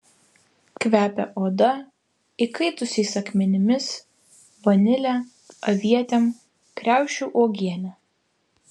kvepia oda įkaitusiais akmenimis vanile avietėm kriaušių uogiene